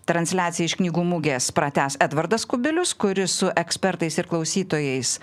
transliaciją iš knygų mugės pratęs edvardas kubilius kuris su ekspertais ir klausytojais